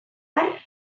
har